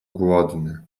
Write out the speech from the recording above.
głodny